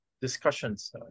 discussions